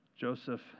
Joseph